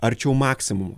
arčiau maksimumo